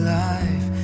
life